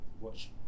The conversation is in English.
watch